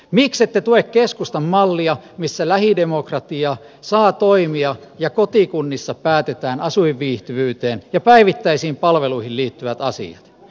miksette tue keskustan mallia missä lähidemokratia saa toimia ja kotikunnissa päätetään asuinviihtyvyyteen ja päivittäisiin palveluihin liittyvät asiat